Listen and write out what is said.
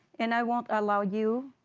and i won't allow you,